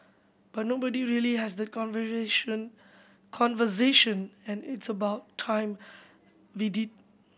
but nobody really has that conversation and it's about time we did